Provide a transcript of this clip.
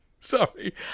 Sorry